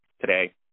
today